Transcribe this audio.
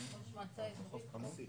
חוף הכרמל,